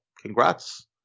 congrats